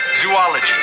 zoology